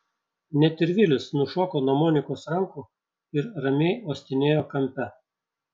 net ir vilis nušoko nuo monikos rankų ir ramiai uostinėjo kampe